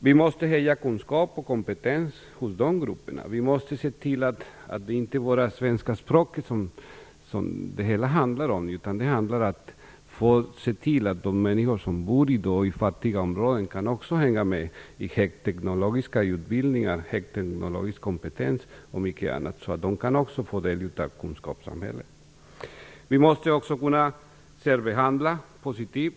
Vi måste höja kunskap och kompetens bland de grupperna. Vi måste se till att det inte bara är det svenska språket det hela handlar om. Det gäller också att se till att människor som i dag bor i fattiga områden kan hänga med i högteknologiska utbildningar, högteknologisk kompetens och mycket annat, så att de också kan få del av kunskapssamhället. Vi måste också kunna positivt särbehandla.